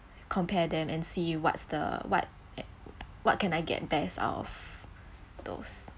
compare them and see what's the what what can I get best out of those